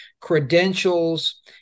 credentials